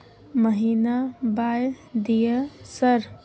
महीना बाय दिय सर?